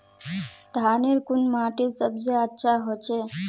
धानेर कुन माटित सबसे अच्छा होचे?